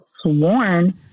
sworn